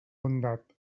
bondat